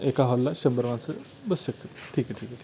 एका हॉलला शंभर माणसं बसू शकतात ठीक आहे ठीक आहे ठीक आहे